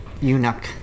Eunuch